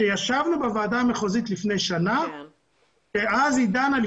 ישבנו בוועדה המחוזית לפני שנה ואז היא דנה,